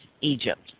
Egypt